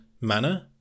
manner